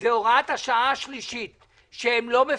זו הוראת השעה השלישית שהם לא מפרטים,